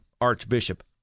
Archbishop